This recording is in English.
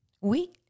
Oui